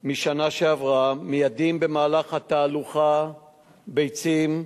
משנה שעברה, מיידים במהלך התהלוכה ביצים,